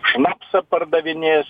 šnapsą pardavinės